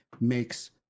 makes